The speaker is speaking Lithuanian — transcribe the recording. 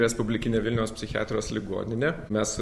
respublikinę vilniaus psichiatrijos ligoninę mes